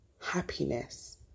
happiness